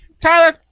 tyler